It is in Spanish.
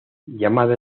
llamada